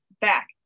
back